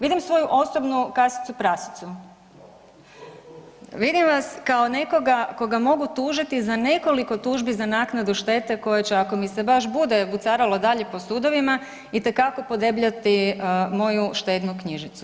Vidim svoju osobnu kasicu prasicu, vidim vas kao nekoga koga mogu tužiti za nekoliko tužbi za naknadu štete koja će ako mi se baš bude vucaralo dalje po sudovima itekako podebljati moju štednu knjižicu.